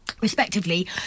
respectively